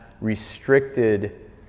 restricted